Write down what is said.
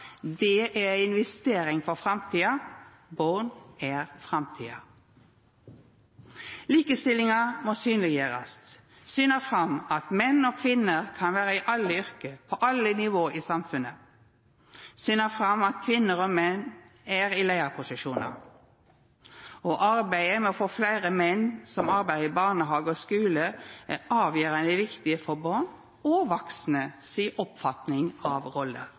Det er ei investering for framtida – barn er framtida. Likestillinga må synleggjerast: syna fram at menn og kvinner kan vera i alle yrke, på alle nivå i samfunnet, syna fram at kvinner og menn er i leiarposisjonar. Arbeidet med å få fleire menn som arbeider i barnehage og skule, er avgjerande viktig for både barn og vaksne si oppfatning av roller.